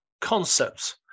concepts